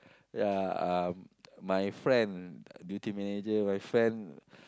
ya uh my friend duty manager my friend